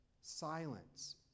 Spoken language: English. Silence